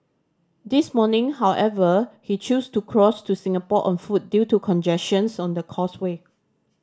this morning however he choose to cross to Singapore on foot due to congestion on the causeway